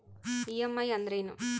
EMI ಅಂದ್ರೇನು?